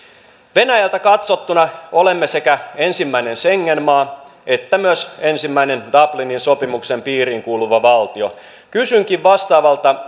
venäjältä katsottuna olemme sekä ensimmäinen schengen maa että myös ensimmäinen dublinin sopimuksen piiriin kuuluva valtio kysynkin vastaavalta